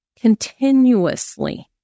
continuously